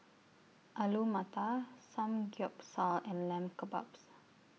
Alu Matar Samgyeopsal and Lamb Kebabs